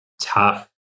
tough